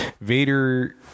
Vader